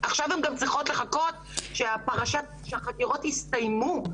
הן עוד צריכות לחכות שהחקירות יסתיימו.